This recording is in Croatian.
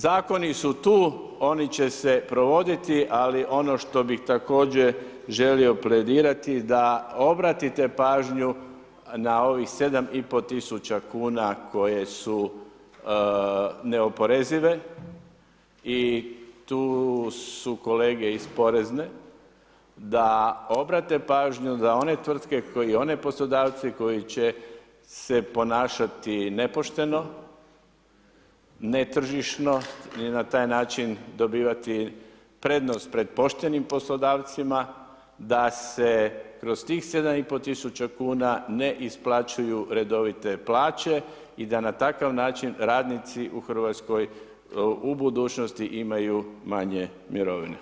Zakoni su tu oni će se provoditi, ali ono što bih također želio pledirati da obratite pažnju na ovih 7.500 kuna koje su neoporezive i tu su kolege iz porezne da obrate pažnju da one tvrtke kao i oni poslodavci koji će se ponašati nepošteno ne tržišno i na taj način dobivati prednost pred poštenim poslodavcima da se kroz tih 7.500 kuna ne isplaćuju redovite plaće i da na takav način radnici u Hrvatskoj u budućnosti imaju manje mirovine.